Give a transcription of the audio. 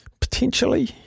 Potentially